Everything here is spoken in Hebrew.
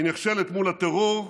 היא נכשלת מול הטרור,